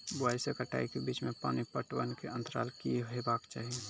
बुआई से कटाई के बीच मे पानि पटबनक अन्तराल की हेबाक चाही?